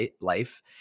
life